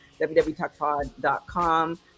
www.talkpod.com